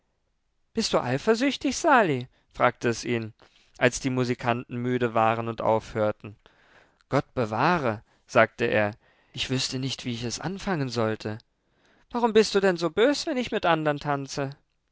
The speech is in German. bist du eifersüchtig sali fragte es ihn als die musikanten müde waren und aufhörten gott bewahre sagte er ich wüßte nicht wie ich es anfangen sollte warum bist du denn so bös wenn ich mit andern tanze